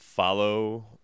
Follow